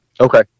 Okay